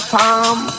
time